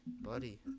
buddy